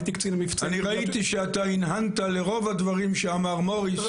הייתי קצין מבצעים -- אני ראיתי שאתה הנהנת לרוב הדברים שאמר מוריס.